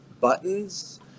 buttons